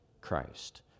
christ